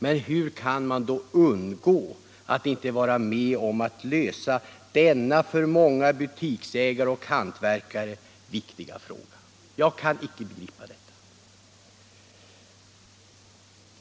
Men hur kan man då undgå att vara med om att lösa denna för många butiksägare och hantverkare viktiga fråga? Jag kan inte begripa det.